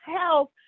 health